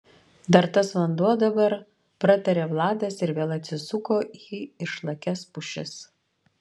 dar tas vanduo dabar pratarė vladas ir vėl atsisuko į išlakias pušis